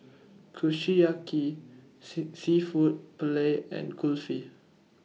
Kushiyaki Seafood Paella and Kulfi